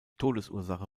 todesursache